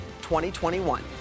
2021